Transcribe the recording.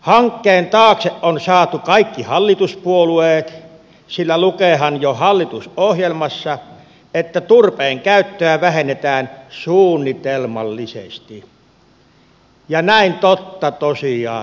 hankkeen taakse on saatu kaikki hallituspuolueet sillä lukeehan jo hallitusohjelmassa että turpeenkäyttöä vähennetään suunnitelmallisesti ja näin totta tosiaan tapahtuu